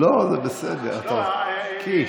לא, זה בסדר, קיש.